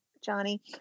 Johnny